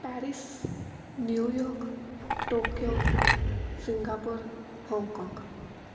Paris New York Tokyo Singapore Hong Kong